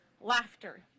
laughter